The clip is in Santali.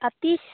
ᱟᱨ ᱛᱤᱥ